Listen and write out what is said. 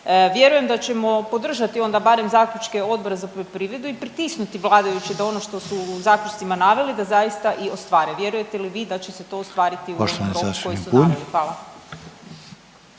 Vjerujem da ćemo podržati onda barem zaključke Odbora za poljoprivredu i pritisnuti vladajuće da ono što su u zaključcima naveli, da zaista i ostvare. Vjerujete li vi da će se to ostvariti u onom roku koji su naveli? Hvala.